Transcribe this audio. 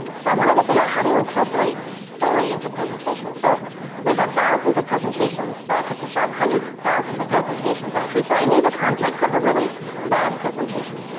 so i wanted to figure out, how do you incorporate story into presentations. so we've had thousands of presentations back at the shop hundreds of thousands of presentations, actually, so i knew the context of a really bad presentation.